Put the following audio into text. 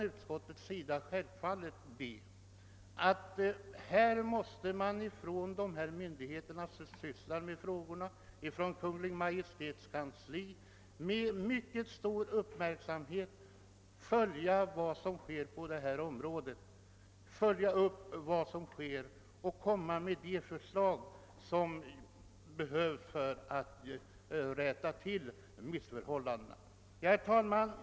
Utskottet anser självfallet att berörda myndigheter liksom Kungl. Maj:ts kansli med stor uppmärksamhet bör följa vad som sker på detta område och komma med de förslag som eventuellt kan behövas för att rätta till missförhållanden. Herr talman!